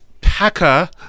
packer